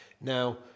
Now